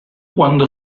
cuando